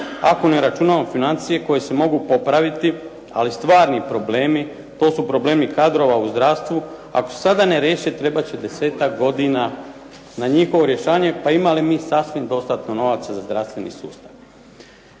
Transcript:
ako ne računamo financije koje se mogu popraviti, ali stvarni problemi to su problemi kadrova u zdravstvu. Ako se sada ne riješe trebat će desetak godina na njihovo rješavanje, pa imali mi sasvim dostatno novaca za zdravstveni sustav.